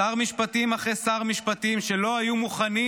שר משפטים אחרי שר משפטים שלא היו מוכנים,